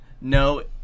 No